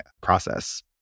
process